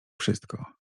wszystko